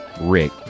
Rick